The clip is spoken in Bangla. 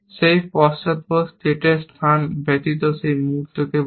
সেই পশ্চাদপদ স্টেটের স্থান ব্যতীত সেই মুহূর্তটি বলে